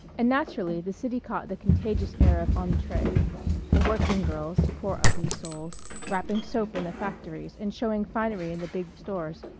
and, naturally, the city caught the contagious air of entre the working girls, poor ugly souls, wrapping soap in the factories and showing finery in the big stores,